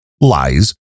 lies